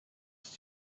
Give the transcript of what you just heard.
ist